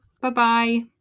Bye-bye